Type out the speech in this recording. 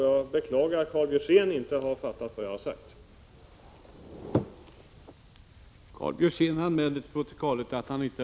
Jag beklagar att Karl Björzén inte har fattat vad jag har sagt.